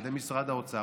על ידי משרד האוצר,